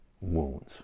wounds